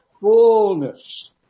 fullness